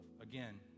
again